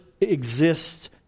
exists